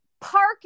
park